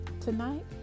Tonight